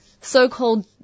so-called